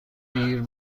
دیر